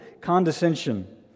condescension